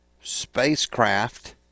spacecraft